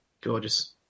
gorgeous